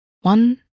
One